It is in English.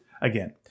again